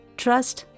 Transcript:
trust